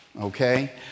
Okay